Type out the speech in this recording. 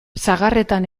sagarretan